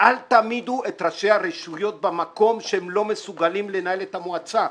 אל תעמידו את ראשי הרשויות במקום שהם לא מסוגלים לנהל את המועצה.